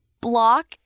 Block